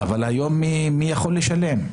אבל היום מי יכול לשלם?